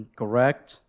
correct